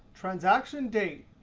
transaction date.